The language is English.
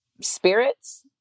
spirits